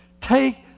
take